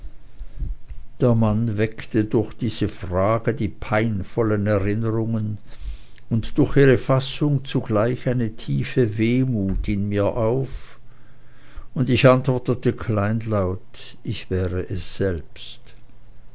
der mann weckte durch diese frage die peinvollen erinnerungen und durch ihre fassung zugleich eine tiefe wehmut in mir auf und ich antwortete kleinlaut ich wäre es selbst